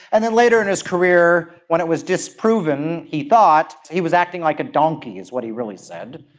and then later in his career when it was disproven, he thought, he was acting like a donkey is what he really said,